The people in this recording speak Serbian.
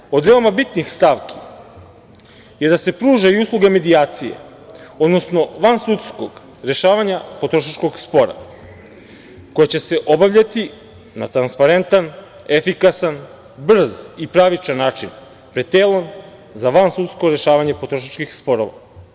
Ono što je jedna od veoma bitnih stavki je i da se pruža usluga medijacije, odnosno vansudskog rešavanja potrošačkog spora koje će se obavljati na transparentan, efikasan, brz i pravičan način pred telom za vansudsko rešavanje potrošačkih sporova.